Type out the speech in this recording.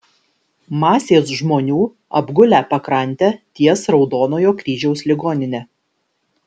masės žmonių apgulę pakrantę ties raudonojo kryžiaus ligonine